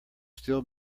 still